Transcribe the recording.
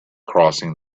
crossing